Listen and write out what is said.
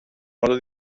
modo